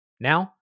Now